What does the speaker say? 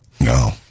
No